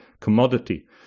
commodity